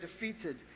defeated